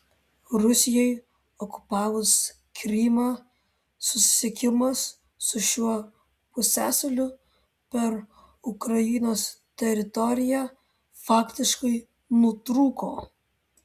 rusijai okupavus krymą susisiekimas su šiuo pusiasaliu per ukrainos teritoriją faktiškai nutrūko